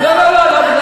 למה לא?